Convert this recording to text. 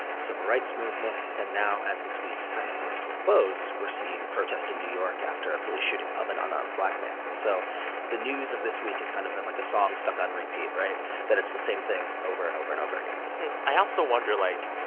the civil rights movement. and now as this week kind of comes to a close, we're seeing protests in new york after a police shooting of an unarmed black man. and so the news of this week has kind have been like a song stuck on repeat, right? that it's the same thing over and over and over again i also wonder, like,